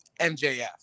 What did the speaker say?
MJF